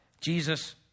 Jesus